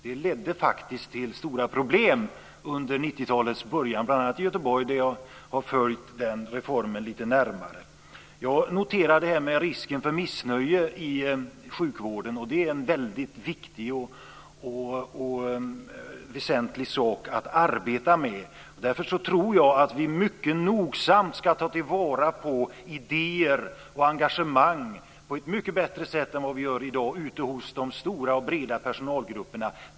Den ledde faktiskt till stora problem under 90-talets början, bl.a. i Göteborg, där jag har följt den reformen lite närmare. Jag noterar det här med risken för missnöje i sjukvården, och det är en väldigt viktig och väsentlig sak att arbeta med. Därför tror jag att vi mycket nogsamt ska ta vara på idéer och engagemang på ett mycket bättre sätt än vad vi gör i dag ute hos de stora, breda personalgrupperna.